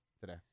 today